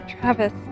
Travis